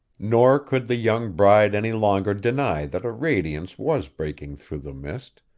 nor could the young bride any longer deny that a radiance was breaking through the mist,